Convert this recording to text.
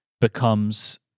becomes